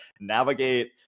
navigate